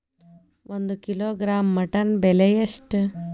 ಒಂದು kilogram mutton ಬೆಲೆ ಎಷ್ಟ್?